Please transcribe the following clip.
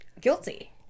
guilty